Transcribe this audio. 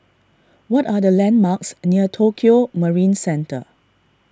what are the landmarks near Tokio Marine Centre